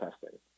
testing